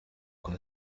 kwa